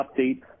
update